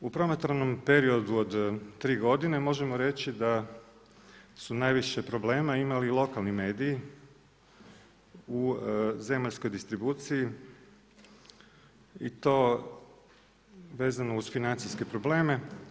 U promatranom periodu od 3 godine možemo reći da su najviše problema imali lokalni mediji u zemaljskoj distribuciji i to vezano uz financijske probleme.